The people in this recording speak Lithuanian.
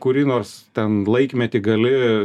kurį nors ten laikmetį gali